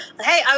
Hey